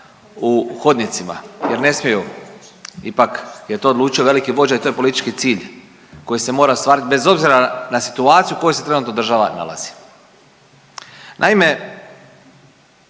u hodnicima jer ne smiju, ipak je to odlučio veliki vođa i to je politički cilj koji se mora ostvariti bez obzira na situaciju u kojoj se trenutno država nalazi. Naime,